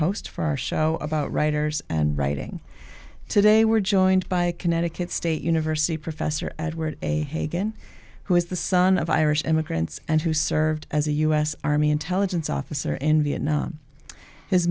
host for our show about writers and writing today we're joined by connecticut state university professor edward hagen who is the son of irish immigrants and who served as a u s army intelligence officer in vietnam his